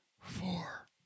four